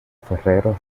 ferrero